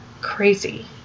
crazy